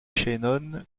shannon